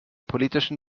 politischen